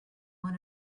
one